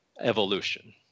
evolution